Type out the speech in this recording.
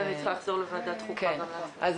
קרוב ל-20 שנים אני עובדת במגזר הציבורי